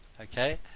okay